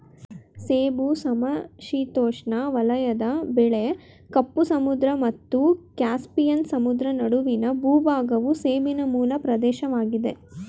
ಸೇಬು ಸಮಶೀತೋಷ್ಣ ವಲಯದ ಬೆಳೆ ಕಪ್ಪು ಸಮುದ್ರ ಮತ್ತು ಕ್ಯಾಸ್ಪಿಯನ್ ಸಮುದ್ರ ನಡುವಿನ ಭೂಭಾಗವು ಸೇಬಿನ ಮೂಲ ಪ್ರದೇಶವಾಗಿದೆ